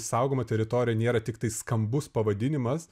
saugoma teritorija nėra tiktai skambus pavadinimas